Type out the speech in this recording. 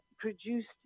produced